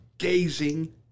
Gazing